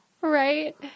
right